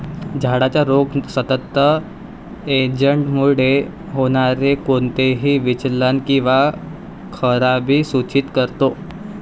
झाडाचा रोग सतत एजंटमुळे होणारे कोणतेही विचलन किंवा खराबी सूचित करतो